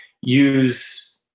use